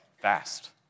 fast